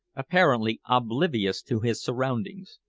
apparently oblivious to his surroundings.